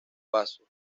faso